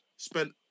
Spent